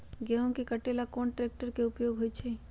गेंहू के कटे ला कोंन ट्रेक्टर के उपयोग होइ छई?